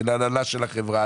של הנהלת החברה,